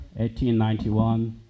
1891